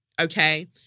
Okay